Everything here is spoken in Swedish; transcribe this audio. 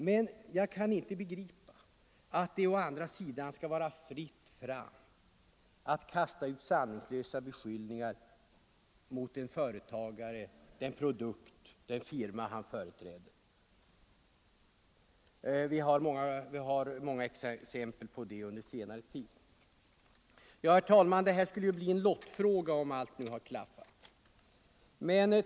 Men jag kan inte begripa att det skall vara fritt fram för dem som vill kasta ut sanningslösa beskyllningar mot en företagare eller mot den produkt eller firma han företräder. Vi har sett många exempel på det under senare tid. Herr talman! Detta skulle ha blivit en lottningsfråga om allt hade klaffat.